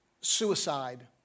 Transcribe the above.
Suicide